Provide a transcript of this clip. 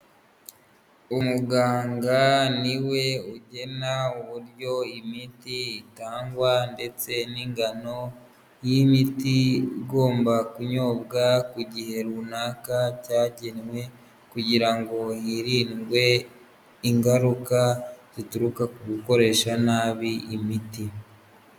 Umuganga niwe ugena uburyo imiti itangwa ndetse n'ingano y'imiti igomba kunyobwa ku gihe runaka cyagenwe kugira ngo hirindwe ingaruka zituruka ku gukoresha nabi imiti.